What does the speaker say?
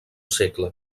segle